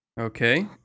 Okay